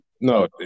No